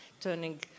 turning